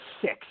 six